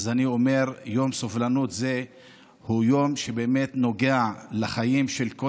אני אומר: יום סובלנות הוא יום שבאמת נוגע לחיים של כל